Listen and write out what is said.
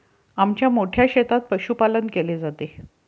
आमच्या मोठ्या शेतात पशुपालन केले जाते